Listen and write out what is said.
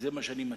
זה מה שאני מציע.